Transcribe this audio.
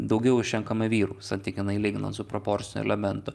daugiau išrenkama vyrų santykinai lyginant su proporciniu elementu